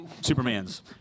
Superman's